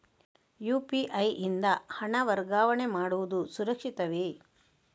UPI ಯಿಂದ ಹಣ ವರ್ಗಾವಣೆ ಮಾಡುವುದು ಸುರಕ್ಷಿತವೇ?